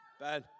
Ben